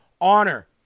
honor